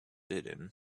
hidden